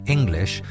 English